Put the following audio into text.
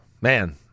Man